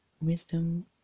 Wisdom